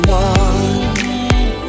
one